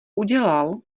udělal